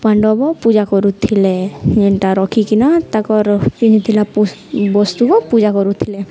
ପାଣ୍ଡବ ପୂଜା କରୁଥିଲେ ଯେନ୍ଟା ରଖିକିନା ତାଙ୍କର ପିନ୍ଧିଥିଲା ବସ୍ତୁକୁ ପୂଜା କରୁଥିଲେ